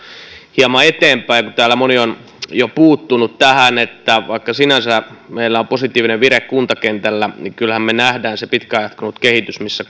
hieman eteenpäin kun täällä moni on jo puuttunut tähän että vaikka meillä on sinänsä positiivinen vire kuntakentällä niin kyllähän me näemme sen pitkään jatkuneen kehityksen missä